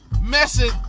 messing